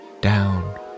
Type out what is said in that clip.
down